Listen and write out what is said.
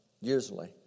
usually